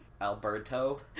Alberto